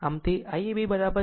આમ તે Iab4